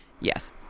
yes